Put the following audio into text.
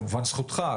כמובן זכותך,